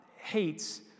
hates